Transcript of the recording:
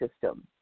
system